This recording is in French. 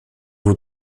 vous